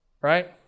Right